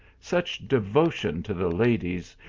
such devotion to the ladies!